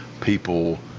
people